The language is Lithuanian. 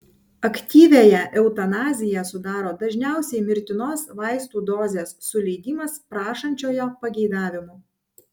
aktyviąją eutanaziją sudaro dažniausiai mirtinos vaistų dozės suleidimas prašančiojo pageidavimu